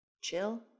Chill